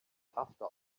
after